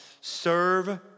Serve